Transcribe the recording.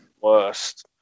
worst